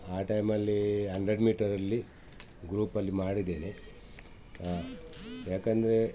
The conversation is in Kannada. ಆ ಟೈಮಲ್ಲಿ ಹಂಡ್ರೆಡ್ ಮೀಟರಲ್ಲಿ ಗ್ರೂಪಲ್ಲಿ ಮಾಡಿದ್ದೇನೆ ಏಕಂದ್ರೆ